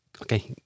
Okay